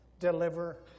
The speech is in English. deliver